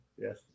yes